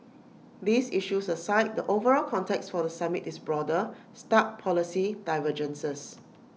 these issues aside the overall context for the summit is broader stark policy divergences